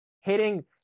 hitting